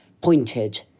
pointed